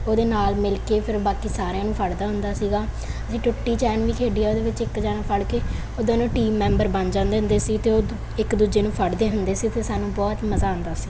ਉਹਦੇ ਨਾਲ ਮਿਲ ਕੇ ਫਿਰ ਬਾਕੀ ਸਾਰਿਆਂ ਨੂੰ ਫੜਦਾ ਹੁੰਦਾ ਸੀਗਾ ਅਸੀਂ ਟੁੱਟੀ ਚੈਨ ਵੀ ਖੇਡੀ ਆ ਉਹਦੇ ਵਿੱਚ ਇੱਕ ਜਣਾ ਫੜ ਕੇ ਉਹ ਦੋਨੋਂ ਟੀਮ ਮੈਂਬਰ ਬਣ ਜਾਂਦੇ ਹੁੰਦੇ ਸੀ ਅਤੇ ਉਹ ਇੱਕ ਦੂਜੇ ਨੂੰ ਫੜਦੇ ਹੁੰਦੇ ਸੀ ਫਿਰ ਸਾਨੂੰ ਬਹੁਤ ਮਜ਼ਾ ਆਉਂਦਾ ਸੀ